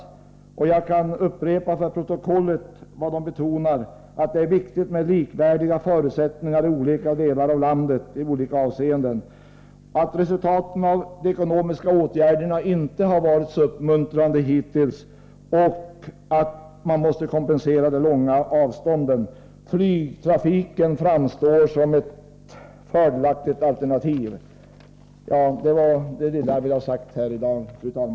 För protokollet kan jag upprepa vad de betonar, nämligen att det i olika avseenden är viktigt med likvärdiga förutsättningar i olika delar av landet, att resultaten av de ekonomiska åtgärderna inte har varit så uppmuntrande hittills och att man måste kompensera för de långa avstånden. Flygtrafiken framstår som ett fördelaktigt alternativ. Det var det lilla jag ville ha sagt här i dag, fru talman!